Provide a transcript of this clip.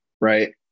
right